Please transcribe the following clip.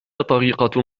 طريقة